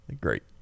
Great